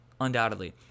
undoubtedly